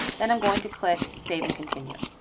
then i'm going to click save and continue.